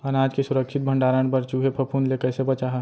अनाज के सुरक्षित भण्डारण बर चूहे, फफूंद ले कैसे बचाहा?